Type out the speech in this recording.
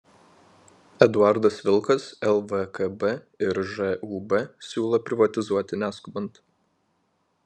eduardas vilkas lvkb ir žūb siūlo privatizuoti neskubant